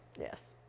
Yes